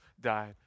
died